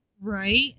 Right